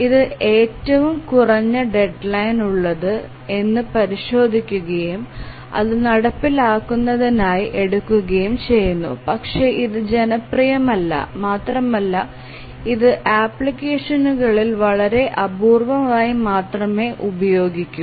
ഇത് ഏറ്റവും കുറഞ്ഞ ഡെഡ്ലൈൻ ഉള്ളത് എന്നു പരിശോധിക്കുകയും അത് നടപ്പിലാക്കുന്നതിനായി എടുക്കുകയും ചെയ്യുന്നു പക്ഷേ ഇത് ജനപ്രിയമല്ല മാത്രമല്ല ഇത് ആപ്ലിക്കേഷനുകളിൽ വളരെ അപൂർവമായി മാത്രമേ ഉപയോഗിക്കൂ